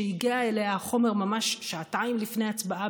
שהגיע אליה החומר ממש שעתיים לפני ההצבעה,